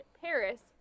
paris